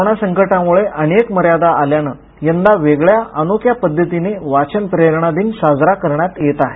corona संकटामुळे अनेक मर्यादा असल्यानं यंदा वेगळ्या अनोख्या पद्धतीने वाचन प्रेरणा दिन साजरा करण्यात येत आहे